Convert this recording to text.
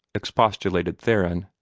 expostulated theron.